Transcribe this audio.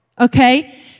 Okay